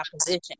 opposition